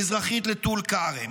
מזרחית לטול כרם,